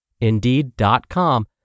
Indeed.com